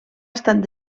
estat